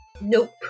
Nope